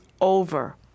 over